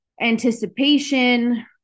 anticipation